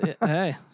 Hey